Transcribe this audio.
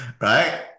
Right